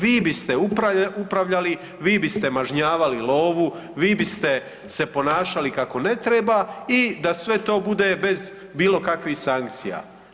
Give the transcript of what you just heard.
Vi biste upravljali, vi biste mažnjavali lovu, vi biste se ponašali kako ne treba i da sve to bude bez bilo kakvih sankcija.